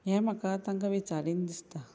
हें म्हाका तांकां विचारीन दिसता